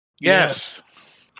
Yes